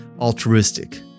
altruistic